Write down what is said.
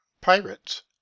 Pirates